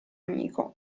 amico